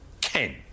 Ken